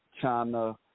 China